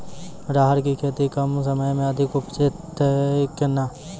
राहर की खेती कम समय मे अधिक उपजे तय केना?